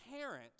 parent